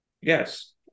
Yes